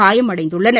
காயமடைந்துள்ளனர்